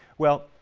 well,